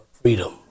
Freedom